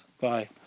Bye